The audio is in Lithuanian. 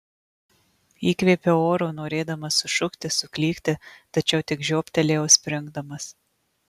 įkvėpiau oro norėdamas sušukti suklykti tačiau tik žioptelėjau springdamas